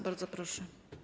Bardzo proszę.